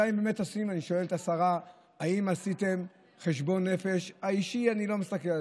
אני שואל את השרה: האם עשיתם חשבון נפש על האישי אני לא מסתכל,